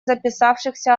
записавшихся